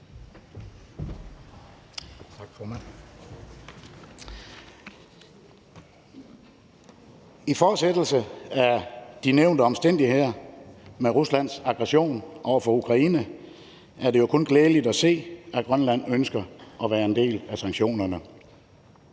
I fortsættelse af de nævnte omstændigheder med Ruslands aggression over for Ukraine er det jo kun glædeligt at se, at Grønland ønsker at være en del af sanktionerne.